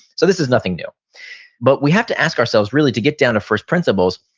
so this is nothing new but we have to ask ourselves, really to get down to first principles,